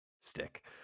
stick